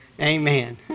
Amen